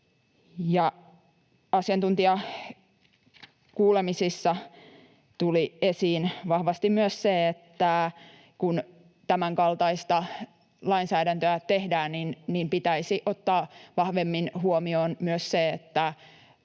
Asiantuntijakuulemisissa tuli esiin vahvasti myös se, että kun tämänkaltaista lainsäädäntöä tehdään, niin pitäisi ottaa vahvemmin huomioon myös se, että